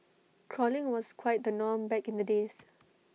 crawling was quite the norm back in the days